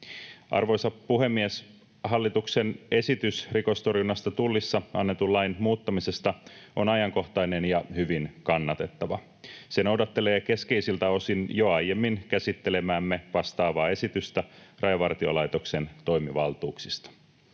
Arvoisa puhemies! Hallituksen esitys rikostorjunnasta Tullissa annetun lain muuttamisesta on ajankohtainen ja hyvin kannatettava. Se noudattelee keskeisiltä osin jo aiemmin käsittelemäämme vastaavaa esitystä Rajavartiolaitoksen toimivaltuuksista.